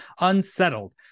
unsettled